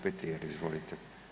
Petir izvolite.